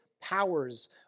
powers